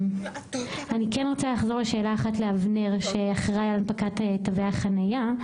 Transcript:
אני רוצה לחזור לשאלה אחת לאבנר שאחראי על הנפקת תווי החניה.